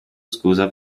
scusa